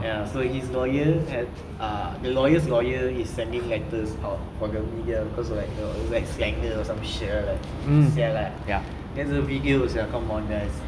ya so his lawyer ah the lawyer's lawyer is sending letters out for the media cause of like slander or some shit or like ya there's a video sia come on guys